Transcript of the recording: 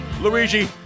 Luigi